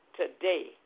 today